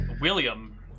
William